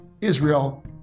Israel